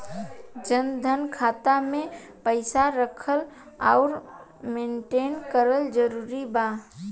जनधन खाता मे पईसा रखल आउर मेंटेन करल जरूरी बा?